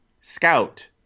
scout